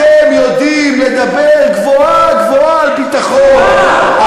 אתם יודעים לדבר גבוהה-גבוהה על ביטחון,